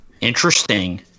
Interesting